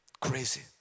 crazy